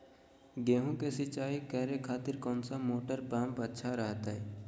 गेहूं के सिंचाई करे खातिर कौन सा मोटर पंप अच्छा रहतय?